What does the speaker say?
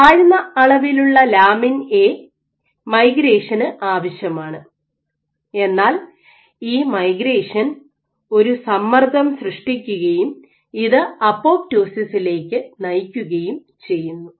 താഴ്ന്ന അളവിലുള്ള lamin A മൈഗ്രേഷന് ആവശ്യമാണ് എന്നാൽ ഈ മൈഗ്രേഷൻ ഒരു സമ്മർദ്ദം സൃഷ്ടിക്കുകയും ഇത് അപ്പോപ്റ്റോസിസിലേക്ക് നയിക്കുകയും ചെയ്യുന്നു